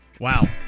Wow